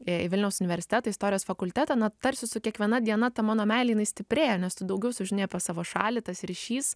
į vilniaus universiteto istorijos fakultetą tarsi su kiekviena diena ta mano meilė jinai stiprėjo nes tu daugiau sužinai apie savo šalį tas ryšys